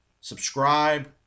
Subscribe